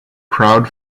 crowd